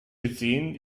gesehen